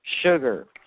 sugar